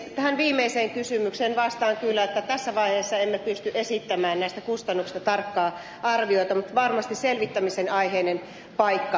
tähän viimeiseen kysymykseen vastaan kyllä että tässä vaiheessa emme pysty esittämään näistä kustannuksista tarkkaa arviota mutta varmasti selvittämisen aiheinen paikka